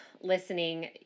listening